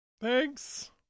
Thanks